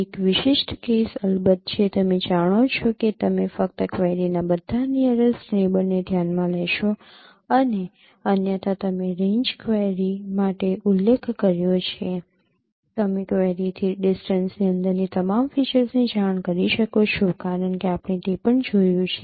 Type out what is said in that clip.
એક વિશિષ્ટ કેસ અલબત્ત છે તમે જાણો છો કે તમે ફક્ત ક્વેરીના બધા નીયરેસ્ટ નેબર ને ધ્યાનમાં લેશો અને અન્યથા તમે રેન્જ ક્વેરી માટે ઉલ્લેખ કર્યો છે તમે ક્વેરીથી ડિસ્ટન્સની અંદરની તમામ ફીચર્સની જાણ કરી શકો છો કારણ કે આપણે તે પણ જોયું છે